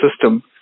system